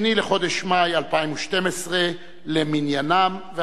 2 בחודש מאי 2012 למניינם,